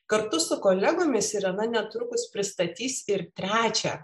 kartu su kolegomis irena netrukus pristatys ir trečią